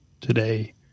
today